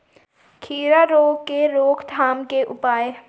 खीरा रोग के रोकथाम के उपाय?